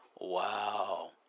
Wow